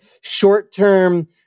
short-term